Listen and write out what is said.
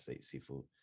seafood